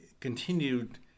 continued